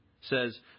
says